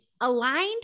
aligned